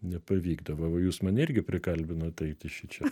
nepavykdavo va jūs mane irgi prikalbinot eiti šičia